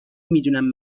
میدونم